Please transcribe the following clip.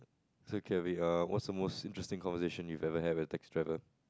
so carry out what's the most interesting conversation you ever have with taxi driver